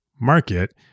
market